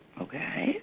okay